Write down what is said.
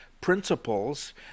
principles